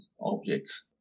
objects